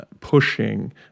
pushing